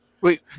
Wait